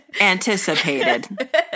anticipated